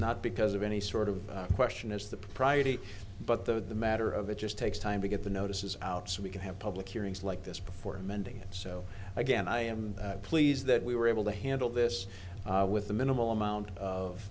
not because of any sort of question is the propriety but though the matter of it just takes time to get the notices out so we can have public hearings like this before amending it so again i am pleased that we were able to handle this with the minimal amount of